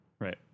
Right